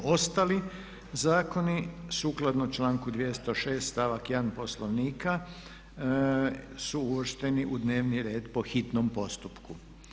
Ostali zakoni sukladno članku 206. stavak 1. Poslovnika su uvršteni u dnevni red po hitnom postupku.